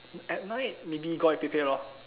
at night maybe go out with Pei-Pei lor